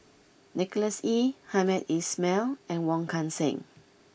Nicholas Ee Hamed Ismail and Wong Kan Seng